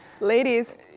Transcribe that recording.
Ladies